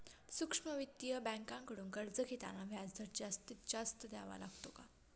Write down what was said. सूक्ष्म वित्तीय बँकांकडून कर्ज घेताना व्याजदर जास्त द्यावा लागतो का?